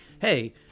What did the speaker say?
hey